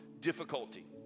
difficulty